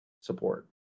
support